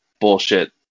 bullshit